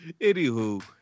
Anywho